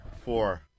Four